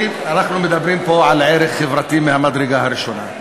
אנחנו מדברים פה על ערך חברתי מהמדרגה הראשונה.